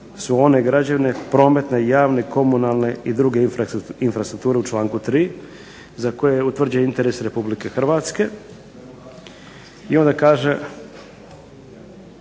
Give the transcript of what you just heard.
su one građevine, prometne, javne i komunalne i druge infrastrukture u članku 3. za koje je utvrđen interes Republike Hrvatske, i onda kaže